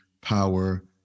power